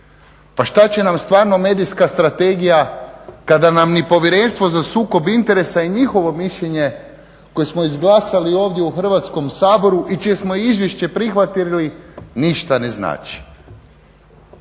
Pa šta će nam stvarno medijska strategija kada nam ni Povjerenstvo za sukob interesa i njihovo mišljenje koje smo izglasali ovdje u Hrvatskom saboru i čije smo izvješće prihvatili ništa ne znači.